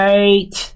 Right